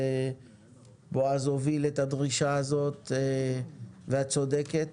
בועז הוביל את הדרישה הזאת ואת צודקת.